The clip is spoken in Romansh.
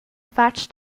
fatg